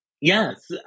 yes